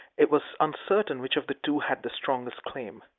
it was uncertain which of the two had the strongest claim.